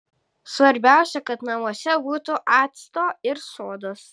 svarbiausia kad namuose būtų acto ir sodos